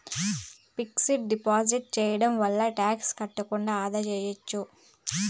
fixed deposit సేయడం వల్ల tax కట్టకుండా ఆదా సేయచ్చు